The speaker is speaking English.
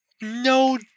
No